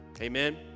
Amen